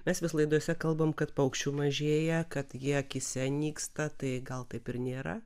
mes vis laidose kalbam kad paukščių mažėja kad jie akyse nyksta tai gal taip ir nėra